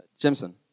Jameson